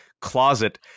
closet